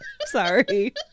Sorry